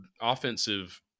offensive